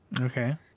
Okay